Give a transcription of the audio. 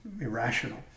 irrational